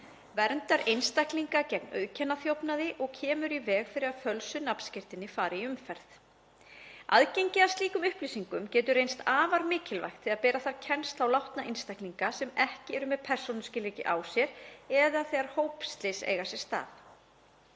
verndar einstaklinga gegn auðkennaþjófnaði og kemur í veg fyrir að fölsuð nafnskírteini fari í umferð. Aðgengi að slíkum upplýsingum getur reynst afar mikilvægt þegar bera þarf kennsl á látna einstaklinga sem ekki eru með persónuskilríki á sér eða þegar hópslys eiga sér stað.